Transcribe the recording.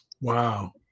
Wow